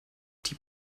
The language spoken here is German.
die